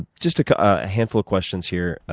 just a ah handful of questions, here,